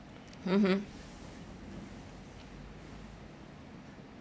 mmhmm